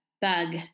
bug